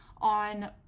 on